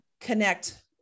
connect